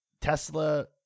Tesla